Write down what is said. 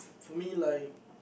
for me like